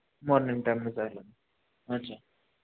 morning टॅमने जायला अच्छा